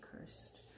cursed